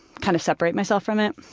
kind of separate myself from it.